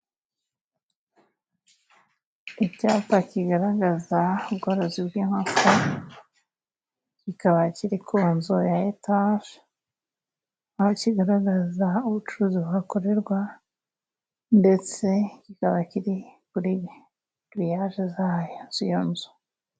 Icyapa kigaragaza ubworozi bw'inkoko, kikaba kiri ku nzu ya etaje, aho kigaragaza ubucuruzi buhakorerwa, ndetse kikaba kiri kuri giriyage za yo, ziyo nzu.